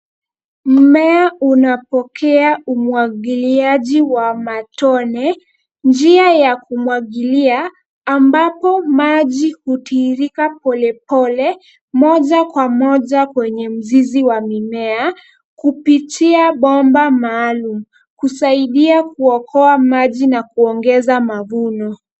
Mmea unapokea umwagiliaji wa matone. Njia ya kumwagilia ambapo maji hutiririka polepole moja kwa moja kwenye mzizi wa mimea kupitia bomba maalum kusaidia kuokoa maji na kuongeza mavuno.